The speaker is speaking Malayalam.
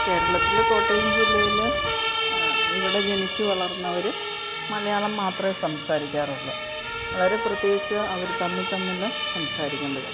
കേരളത്തില് കോട്ടയം ജില്ലയില് ഇവിടെ ജനിച്ചു വളർന്നവര് മലയാളം മാത്രമേ സംസാരിക്കാറുള്ളൂ വളരെ പ്രത്യേകിച്ച് അവര് തമ്മില്ത്തമ്മില് സംസാരിക്കുമ്പോള്